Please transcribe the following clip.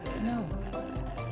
No